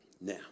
Now